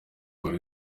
buri